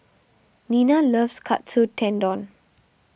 Nena loves Katsu Tendon